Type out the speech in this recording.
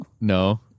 No